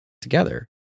together